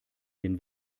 den